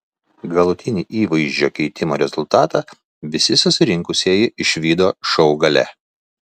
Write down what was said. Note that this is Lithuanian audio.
galutinį įvaizdžio keitimo rezultatą visi susirinkusieji išvydo šou gale